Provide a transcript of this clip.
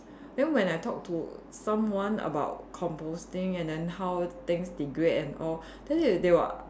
then when I talk to someone about composting and then how things degrade and all then they they will